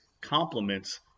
complements